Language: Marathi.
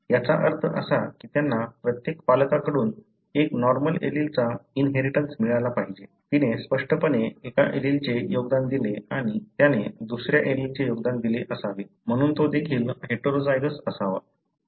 याचा अर्थ असा की त्यांना प्रत्येक पालकांकडून एक नॉर्मल एलीलचा इनहेरिटन्स मिळाला पाहिजे तिने स्पष्टपणे एका एलीलचे योगदान दिले आणि त्याने दुस या एलीलेचे योगदान दिले असावे म्हणून तो देखील हेटेरोझायगस असावा